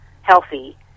healthy